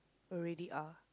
already are